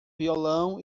violão